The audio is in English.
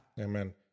Amen